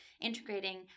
integrating